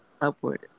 upward